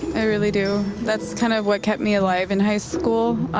i really do. that's kind of what kept me alive in high school.